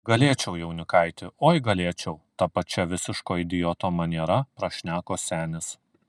galėčiau jaunikaiti oi galėčiau ta pačia visiško idioto maniera prašneko senis